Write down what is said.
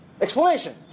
explanation